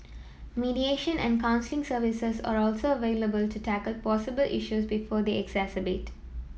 mediation and counselling services are also available to tackle possible issues before they exacerbate